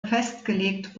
festgelegt